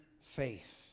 faith